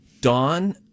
Dawn